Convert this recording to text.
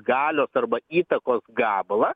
galios arba įtakos gabalą